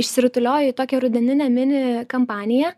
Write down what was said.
išsirutuliojo į tokią rudeninę minį kampaniją